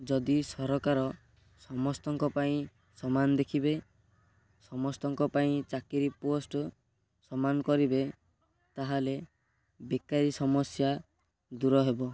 ଯଦି ସରକାର ସମସ୍ତଙ୍କ ପାଇଁ ସମାନ ଦେଖିବେ ସମସ୍ତଙ୍କ ପାଇଁ ଚାକିରୀ ପୋଷ୍ଟ ସମାନ କରିବେ ତାହେଲେ ବେକାରୀ ସମସ୍ୟା ଦୂର ହେବ